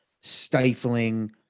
stifling